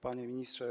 Panie Ministrze!